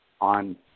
on